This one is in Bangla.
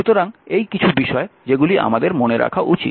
সুতরাং এই কিছু বিষয় যেগুলি আমাদের মনে রাখা উচিত